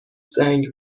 زنگ